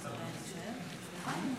אדוני היושב-ראש,